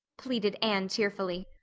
pleaded anne tearfully.